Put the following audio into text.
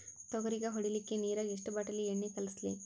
ತೊಗರಿಗ ಹೊಡಿಲಿಕ್ಕಿ ನಿರಾಗ ಎಷ್ಟ ಬಾಟಲಿ ಎಣ್ಣಿ ಕಳಸಲಿ?